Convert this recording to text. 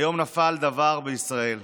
היום נפל בדבר בישראל.